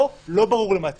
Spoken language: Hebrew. פה לא ברור למה התכוונתם.